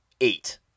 Eight